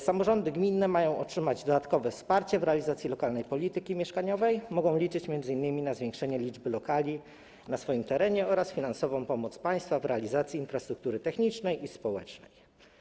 Samorządy gminne mają otrzymać dodatkowe wsparcie w realizacji lokalnej polityki mieszkaniowej, mogą liczyć m.in. na zwiększenie liczby lokali na swoim terenie oraz finansową pomoc państwa w realizacji infrastruktury technicznej i społecznej.